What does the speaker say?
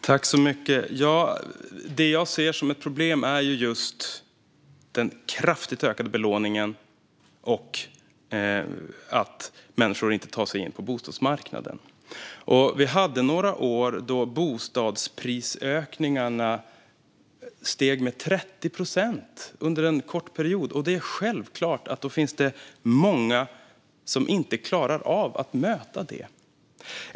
Herr talman! Det jag ser som ett problem är just den kraftigt ökade belåningen och att människor inte tar sig in på bostadsmarknaden. Vi hade några år då bostadspriserna steg med 30 procent under en kort period. Det är självklart att det finns många som inte klarar av att möta det.